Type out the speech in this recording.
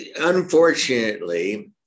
unfortunately